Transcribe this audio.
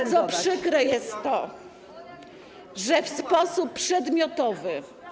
Bardzo przykre jest to, że w sposób przedmiotowy.